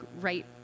right